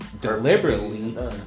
deliberately